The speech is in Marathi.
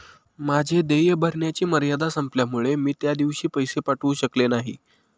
माझे देय भरण्याची मर्यादा संपल्यामुळे मी त्या दिवशी पैसे पाठवू शकले नाही